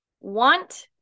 want